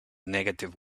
negative